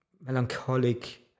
melancholic